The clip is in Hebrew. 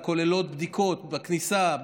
הכוללות בדיקות בכניסה,